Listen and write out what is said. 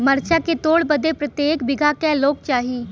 मरचा के तोड़ बदे प्रत्येक बिगहा क लोग चाहिए?